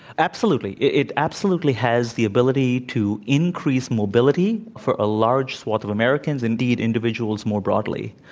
absolutely. it absolutely has the ability to increase mobility for a large swath of americans indeed, individuals more broadly.